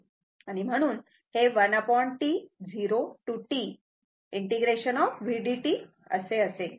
म्हणून हे 1T 0 ते T ∫ v dt असे असेल